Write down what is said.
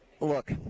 look